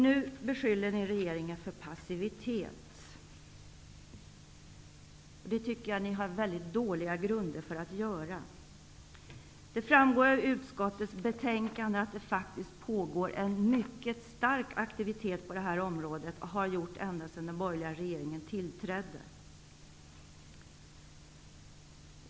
Nu beskyller ni regeringen för passivitet. Det tycker jag att ni har mycket dåliga grunder för att göra. Det framgår av utskottets betänkande att det faktiskt pågår en mycket stark aktivitet på det här området och det har så gjort sedan den borgerliga regeringen tillträdde.